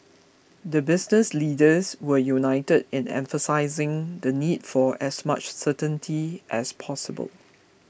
the business leaders were united in emphasising the need for as much certainty as possible